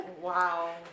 Wow